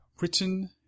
written